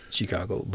Chicago